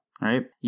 right